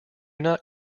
not